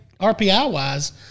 RPI-wise